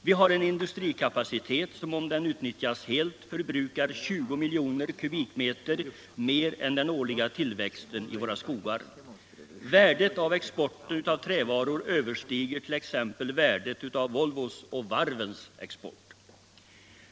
Vi har en industrikapacitet som — om den utnyttjas helt —- förbrukar 20 miljoner kubikmeter mer än den årliga tillväxten i våra skogar. Värdet av exporten av trävaror överstiger t.ex. värdet av Volvos och varvens export.